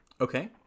Okay